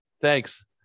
Thanks